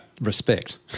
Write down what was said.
Respect